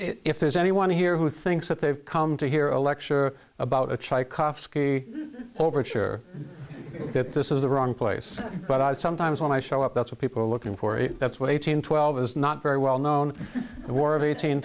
e if there's anyone here who thinks that they've come to hear a lecture about a child kosky overture that this is the wrong place but i sometimes when i show up that's what people are looking for that's what eighteen twelve is not very well known war of eighteen